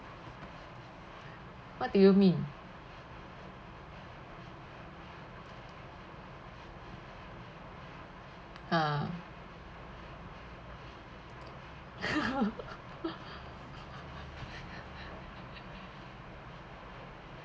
what do you mean ah